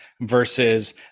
versus